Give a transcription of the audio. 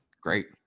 Great